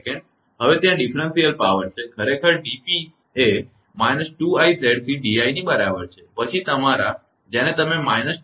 હવે ત્યાં differential power છે ખરેખર dp એ −2𝑖𝑍𝑐𝑑𝑖 ની બરાબર છે પછી તમારા જેને તમે −2𝑖𝑍𝑐𝑑𝑖 કહો છો